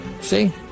See